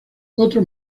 otros